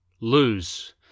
lose